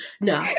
No